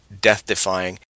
death-defying